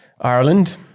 Ireland